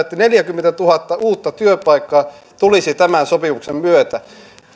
että neljäkymmentätuhatta uutta työpaikkaa tulisi tämän sopimuksen myötä